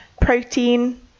protein